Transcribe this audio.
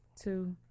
Two